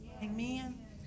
Amen